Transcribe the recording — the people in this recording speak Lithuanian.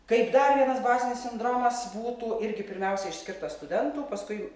kaip dar vienas bazinis sindromas būtų irgi pirmiausia išskirtas studentų paskui